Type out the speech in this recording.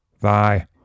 thy